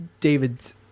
David's